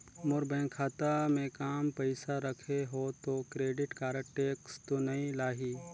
मोर bank खाता मे काम पइसा रखे हो तो क्रेडिट कारड टेक्स तो नइ लाही???